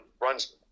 runs